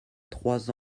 trois